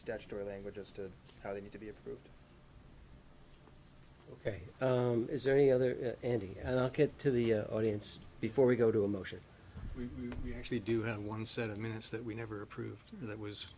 statutory language as to how they need to be approved ok is there any other entity get to the audience before we go to a motion we actually do have one set of minutes that we never approved and that was